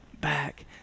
back